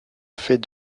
fait